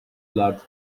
large